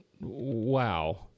wow